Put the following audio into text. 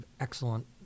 excellent